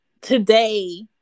today